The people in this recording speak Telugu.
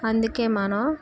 అందుకే మనం